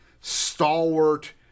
stalwart